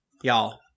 y'all